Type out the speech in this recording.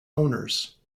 owners